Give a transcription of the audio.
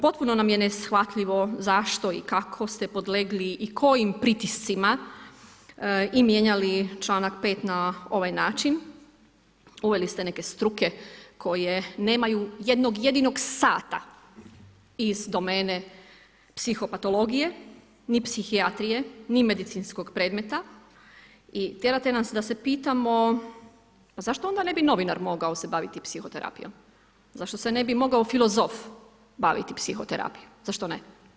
Potpuno nam je neshvatljivo zašto i kako ste podlegli i kojim pritiscima i mijenjali članak 5. na ovaj način, uveli ste neke struke, koje nemaju jednog jedinog sata iz dome psihopatologije ni psihijatrije, ni medicinskog predmeta i tjerate nas da se pitamo, pa zašto onda novinar se mogao baviti psihoterapijom, zašto se ne bi mogao filozof baviti psihoterapijom, zašto ne.